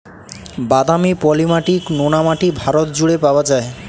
বাদামি, পলি মাটি, নোনা মাটি ভারত জুড়ে পাওয়া যায়